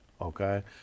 okay